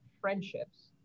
friendships